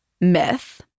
Myth